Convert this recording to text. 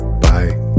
Bye